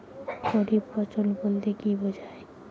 খারিফ ফসল বলতে কী বোঝায়?